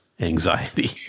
anxiety